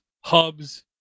hubs